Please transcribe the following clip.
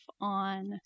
on